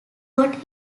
wrote